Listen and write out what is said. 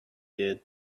did